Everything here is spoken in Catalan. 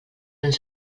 ens